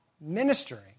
ministering